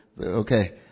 Okay